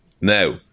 now